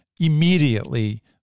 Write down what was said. immediately